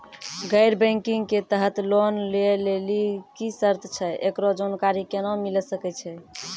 गैर बैंकिंग के तहत लोन लए लेली की सर्त छै, एकरो जानकारी केना मिले सकय छै?